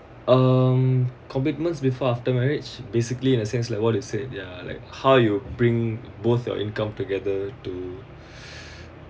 um commitments before after marriage basically in a sense like what you said ya like how you bring both your income together to